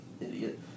idiot